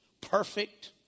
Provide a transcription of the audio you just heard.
perfect